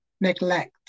neglect